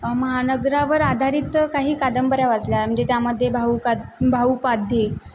महानगरावर आधारित काही कादंबऱ्या वाचल्या म्हणजे त्यामध्ये भाऊ का भाऊ पाध्ये